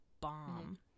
bomb